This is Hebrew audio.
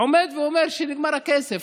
עומד ואומר: נגמר הכסף,